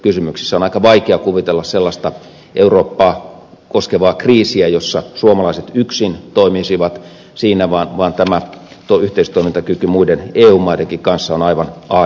on aika vaikea kuvitella sellaista eurooppaa koskevaa kriisiä jossa suomalaiset yksin toimisivat vaan tämä yhteistoimintakyky muiden eu maidenkin kanssa on aivan a ja o